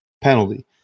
penalty